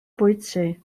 bwyty